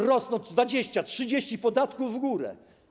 Rosną, 20, 30 podatków w górę.